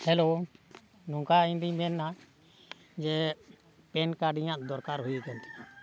hello ᱱᱚᱝᱠᱟ ᱤᱧᱫᱩᱧ ᱢᱮᱱᱟ ᱡᱮ ᱯᱮᱱ ᱠᱟᱨᱰ ᱤᱧᱟᱹᱜ ᱫᱚᱨᱠᱟᱨ ᱦᱩᱭᱟᱠᱟᱱ ᱛᱤᱧᱟᱹ